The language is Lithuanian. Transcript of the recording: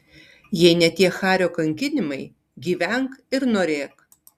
jei ne tie hario kankinimai gyvenk ir norėk